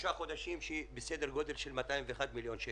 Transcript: שלושה חודשים בסדר גודל של 201 מיליון שקל.